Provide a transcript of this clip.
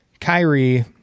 Kyrie